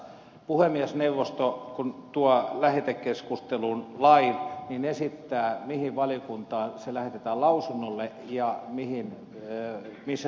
puhemiesneuvosto kun tuo lähetekeskusteluun lain esittää mihin valiokuntaan se lähetetään lausunnolle ja missä tehdään mietintö